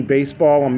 Baseball